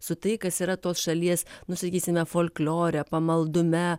su tai kas yra tos šalies nu sakysime folklore pamaldume